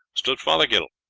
stood fothergill.